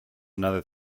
another